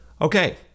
Okay